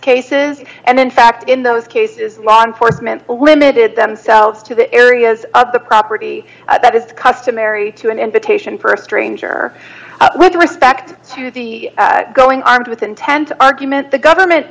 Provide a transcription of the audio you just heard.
cases and then fact in those cases law enforcement limited themselves to the areas of the property that is customary to an invitation for a stranger with respect to the going on with intent argument the government